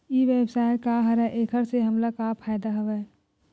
ई व्यवसाय का हरय एखर से हमला का फ़ायदा हवय?